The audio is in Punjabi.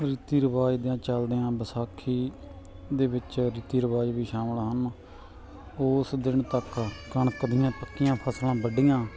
ਰੀਤੀ ਰਿਵਾਜ ਚਲਦਿਆਂ ਵਿਸਾਖੀ ਦੇ ਵਿੱਚ ਰੀਤੀ ਰਿਵਾਜ ਵੀ ਸ਼ਾਮਿਲ ਹਨ ਉਸ ਦਿਨ ਤੱਕ ਕਣਕ ਦੀਆਂ ਪੱਕੀਆਂ ਫਸਲਾਂ ਵੱਢੀਆਂ